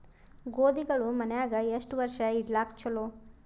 ಗೋಧಿಗಳು ಮನ್ಯಾಗ ಎಷ್ಟು ವರ್ಷ ಇಡಲಾಕ ಚಲೋ?